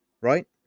Right